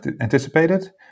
anticipated